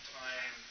time